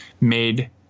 made